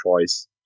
choice